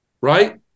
right